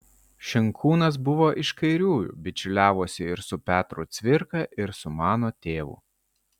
šinkūnas buvo iš kairiųjų bičiuliavosi ir su petru cvirka ir su mano tėvu